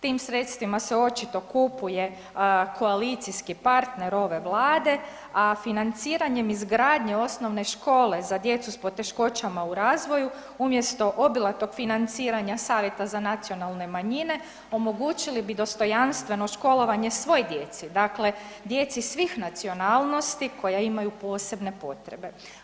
Tim sredstvima se očito kupuje koalicijski partner ove vlade, a financiranjem izgradnje osnovne škole za djecu s poteškoćama u razvoju umjesto obilatog financiranja Savjeta za nacionalne manjine omogućili bi dostojanstveno školovanje svoj djeci, dakle djeci svih nacionalnosti koja imaju posebne potrebe.